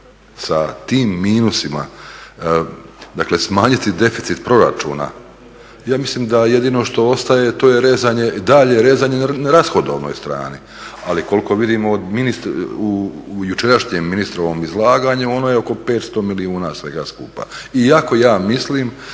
sa tim minusima dakle smanjiti deficit proračuna? Ja mislim da jedino što ostaje to je daljnje rezanje na rashodovnoj strani, ali koliko vidim u jučerašnjem ministrovom izlaganju ono je oko 500 milijuna svega skupa, iako ja mislim